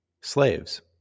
Slaves